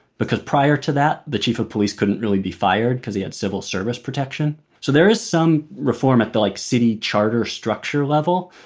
because prior to that, the chief of police couldn't really be fired cause he had civil service protection. so there is some reform at the, like, city charter structure level.